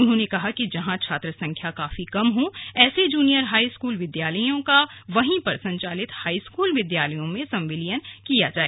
उन्होंने कहा कि जहां छात्र संख्या काफी कम हो ऐसे जूनियर हाईस्कूल विद्यालयों का वहीं पर संचालित हाईस्कूल विद्यालय में संविलियन किया जाए